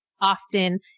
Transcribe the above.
often